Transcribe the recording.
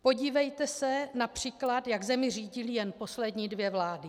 Podívejte se například, jak zemi řídily jen poslední dvě vlády.